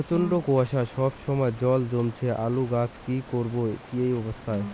প্রচন্ড কুয়াশা সবসময় জল জমছে আলুর গাছে কি করব এই অবস্থায়?